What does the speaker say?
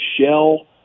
Shell